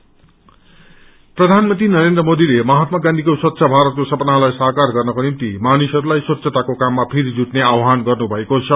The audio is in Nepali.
स्वच्छ प्राानमंत्री नरेन्द्र मोदीले महात्मा गांधीको स्वच्छ भारतको सपलत्रनालाई साकार गर्नको निम्ति मानिसहरूलाई स्वच्छताको काममा फेरि जुटने आवहावन गर्नुभएको छ